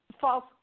false